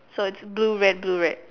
so it's blue red blue red